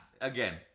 again